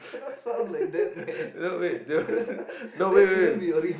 no wait no wait wait wait